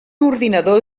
ordinador